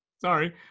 Sorry